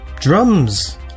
drums